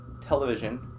television